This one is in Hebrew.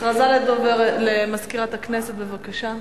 הכרזה למזכירת הכנסת, בבקשה.